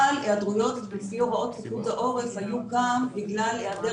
אבל היעדרויות לפי הוראות פיקוד העורף היו גם בגלל היעדר